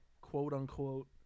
quote-unquote